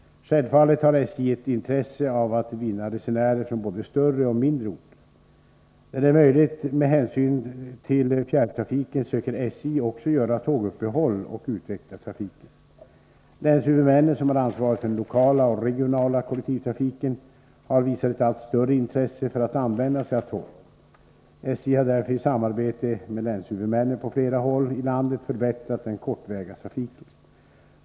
Självfallet har SJ ett intresse av att vinna resenärer från både större och mindre orter. Där det är möjligt med hänsyn till fjärrtrafiken söker SJ också göra tåguppehåll och utveckla trafiken. Länshuvudmännen, som har ansvaret för den lokala och regionala kollektivtrafiken, har visat ett allt större intresse för att använda sig av tåg. SJ har därför i samarbete med länshuvudmännen på flera håll i landet förbättrat den kortväga trafiken.